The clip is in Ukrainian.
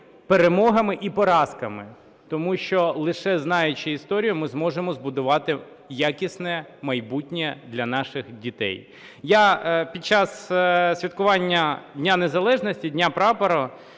перемогами і поразками. Тому що лише знаючи історію, ми зможемо збудувати якісне майбутнє для наших дітей. Я під час святкування Дня незалежності, Дня Прапора